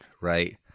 right